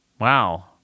Wow